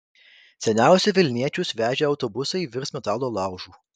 seniausi vilniečius vežę autobusai virs metalo laužu